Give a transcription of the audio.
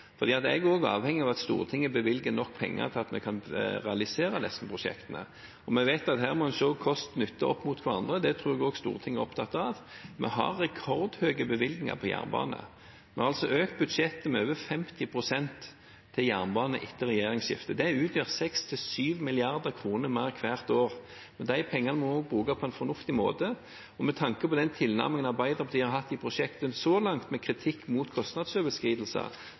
er også avhengig av at Stortinget bevilger nok penger til at vi kan realisere disse prosjektene. Vi vet at her må en se kost–nytte opp mot hverandre. Det tror jeg at også Stortinget er opptatt av. Vi har rekordhøye bevilgninger til jernbane. Vi har økt budsjettet for jernbane med over 50 pst. etter regjeringsskiftet. Det utgjør 6–7 mrd. kr mer hvert år. De pengene må vi bruke på en fornuftig måte, og med tanke på den tilnærmingen Arbeiderpartiet har hatt til prosjektet så langt, med kritikk mot kostnadsoverskridelser,